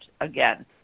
again